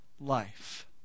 life